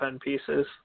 pieces